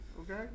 okay